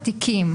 כמה תיקים